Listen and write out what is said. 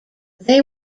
they